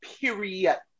period